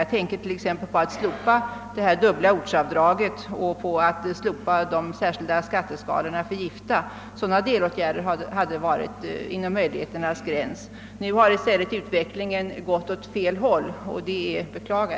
Jag tänker t.ex. på det dubbla ortsavdraget och de särskilda skatteskalorna för gifta. Sådana delåtgärder :hade legat inom möjligheternas gräns. Nu:har i stället utvecklingen gått åt fel håll, vilket jag beklagar.